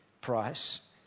price